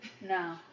No